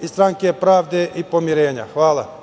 i Stranke pravde i pomirenja. Hvala.